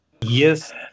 Yes